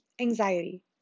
Anxiety